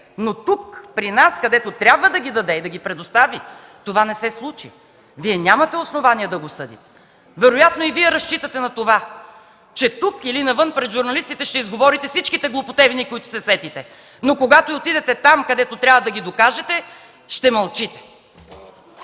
но тук, при нас, където трябва да ги даде и да ги предостави, това не се случи. Вие нямате основания да го съдите”. Вероятно и Вие разчитате на това, че тук или навън пред журналистите ще изговорите всичките глупотевини, които се сетите, но когато отидете там, където трябва да ги докажете, ще мълчите.